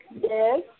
Yes